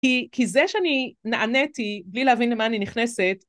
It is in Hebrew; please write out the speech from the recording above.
כי זה שאני נעניתי, בלי להבין למה אני נכנסת...